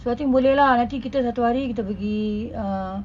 so I think boleh lah nanti kita satu hari kita pergi uh